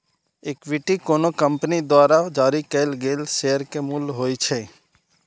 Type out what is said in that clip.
equity कोनो company द्वारा जारी कैल गेल शेयर के मूल्य होइ छै